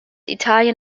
italien